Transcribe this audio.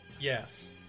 Yes